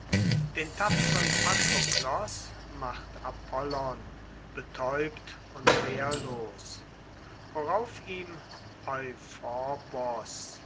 den tapferen patroklos macht apollon betäubt und wehrlos worauf ihm